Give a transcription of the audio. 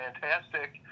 fantastic